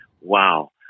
wow